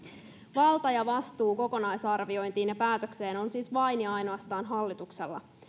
valta ja vastuu kokonaisarviointiin ja päätökseen on siis vain ja ainoastaan hallituksella